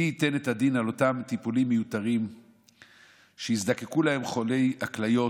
מי ייתן את הדין על אותם טיפולים מיותרים שהזדקקו להם חולי הכליות